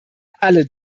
allen